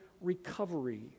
Recovery